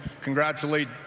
congratulate